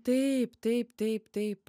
taip taip taip taip